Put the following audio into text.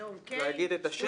להגיד את השם?